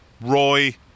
Roy